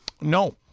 No